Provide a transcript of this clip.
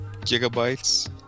gigabytes